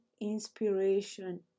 inspiration